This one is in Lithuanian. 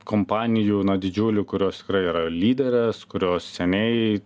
kompanijų na didžiulių kurios tikrai yra lyderės kurios seniai